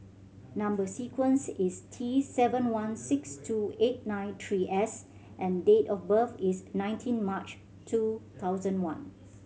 number sequence is T seven one six two eight nine three S and date of birth is nineteen March two thousand one